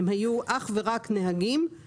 הם היו אך ורק נהגים,